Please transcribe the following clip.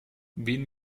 wen